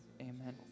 amen